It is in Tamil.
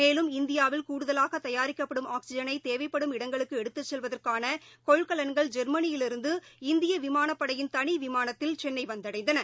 மேலும் இந்தியாவில் கூடுதலாகதயாரிக்கப்படும் ஆச்சிஐனைதேவைப்படும் இடங்களுக்குஎடுத்துச்செல்வதற்கானகொள்கலன்கள் ஜெர்மனியிலிருந்து இந்தியவிமானப்படையின் தனிவிமானத்தில் சென்னைந்தடைந்தன